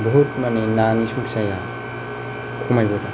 बुहुथ माने नानि संखियाया खमायबोदों